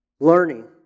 Learning